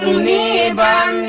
me a